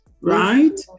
right